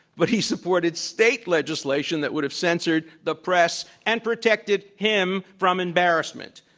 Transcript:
but he supported state legislation that would have censored the press and protected him from embarrassment.